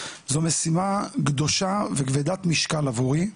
זו משימה קדושה וכבדת משקל עבורי,